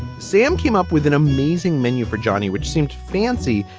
sam came up with an amazing menu for johnny, which seemed fancy,